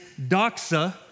doxa